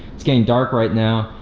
it's getting dark right now,